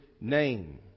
name